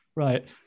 Right